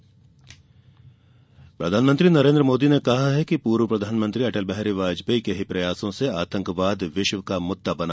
प्रार्थना समा प्रधानमंत्री नरेन्द्र मोदी ने कहा कि पूर्व प्रधानमंत्री अटल बिहारी वाजपेयी के ही प्रयासों से आतंकवाद विश्व का मुद्दा बना